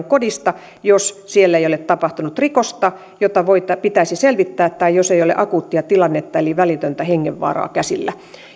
kodista jos siellä ei ole tapahtunut rikosta jota pitäisi selvittää tai jos ei ole akuuttia tilannetta eli välitöntä hengenvaaraa käsillä